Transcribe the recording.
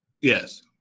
Yes